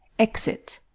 exit